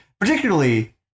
Particularly